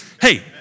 hey